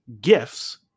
gifts